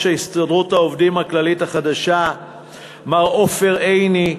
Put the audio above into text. הסתדרות העובדים הכללית החדשה מר עופר עיני,